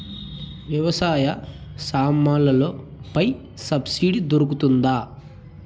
వ్యవసాయ సామాన్లలో పై సబ్సిడి దొరుకుతుందా?